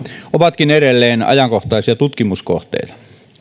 ovatkin edelleen ajankohtaisia tutkimuskohteita